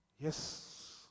Yes